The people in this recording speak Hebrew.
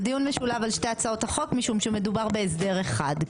זה נאמר --- זה דיון משולב על שתי הצעות החוק משום שמדובר בהסדר אחד,